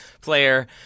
player